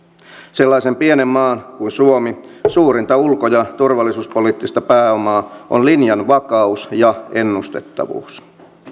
sellaisen pienen maan kuin suomi suurinta ulko ja turvallisuuspoliittista pääomaa on linjan vakaus ja ennustettavuus